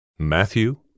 Matthew